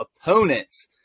opponents